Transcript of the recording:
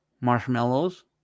marshmallows